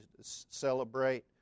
celebrate